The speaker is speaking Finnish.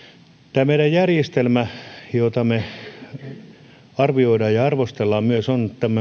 tämä meidän järjestelmämme jota me arvioimme ja myös arvostelemme on